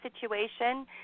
situation